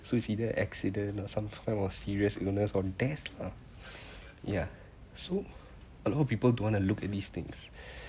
so it's either accident or some kind of serious illness or death ah ya so a lot of people don't want to look at these things